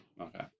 Okay